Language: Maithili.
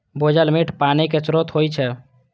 भूजल मीठ पानिक स्रोत होइ छै